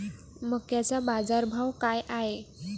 मक्याचा बाजारभाव काय हाय?